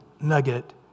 nugget